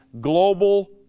global